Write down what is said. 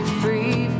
free